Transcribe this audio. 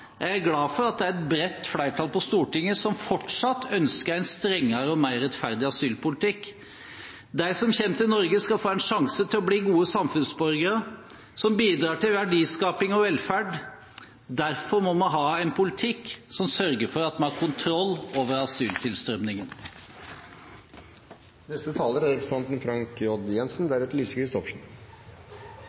er jeg glad for at det er ett bredt flertall på Stortinget som fortsatt ønsker en strengere og mer rettferdig asylpolitikk. De som kommer til Norge, skal få en sjanse til å bli gode samfunnsborgere som bidrar til verdiskaping og velferd. Derfor må vi ha en politikk som sørger for at vi har kontroll over asyltilstrømmingen. Det er